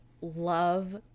love